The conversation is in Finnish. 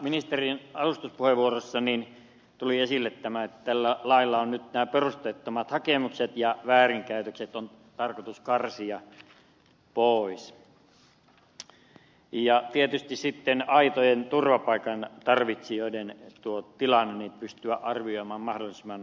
ministerin alustuspuheenvuorossa tuli esille tämä että tällä lailla on nyt nämä perusteettomat hakemukset ja väärinkäytökset tarkoitus karsia pois ja tietysti aitojen turvapaikan tarvitsijoiden tilanne pitää pystyä arvioimaan mahdollisimman nopeasti